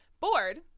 Bored